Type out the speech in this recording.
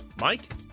Mike